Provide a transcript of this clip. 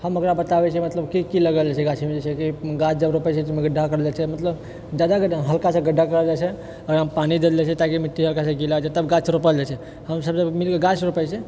हम ओकरा बताबै छियै मतलब कि की लगल जाइ छै गाछीमे जैसेकी गाछ जब रोपै छियै तऽ ओहिमे गढ्ढ़ा करल जाइ छै मतलब जादा गढ्ढ़ा नहि हल्का सा गढ्ढ़ा करल जाइ छै ओकरामे पानी देल जाइ छै ताकि मिट्टी हल्का सा गिला होइ छै तब गाछ रोपल जाइ छै हमसब जब मिलके गाछ रोपै छियै